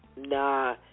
Nah